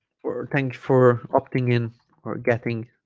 for thanks for opting in or getting